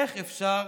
איך אפשר